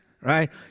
right